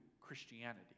Christianity